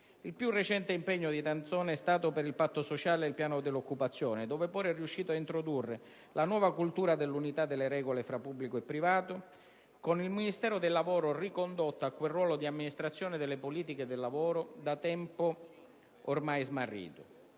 Il più recente impegno di D'Antona è stato per il patto sociale e il piano dell'occupazione, dove pure è riuscito a introdurre la nuova cultura dell'unità delle regole tra pubblico e privato, con il Ministero del lavoro ricondotto a quel ruolo di amministrazione delle politiche del lavoro, da tempo ormai smarrito.